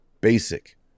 basic